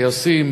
טייסים,